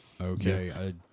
Okay